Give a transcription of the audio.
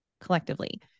collectively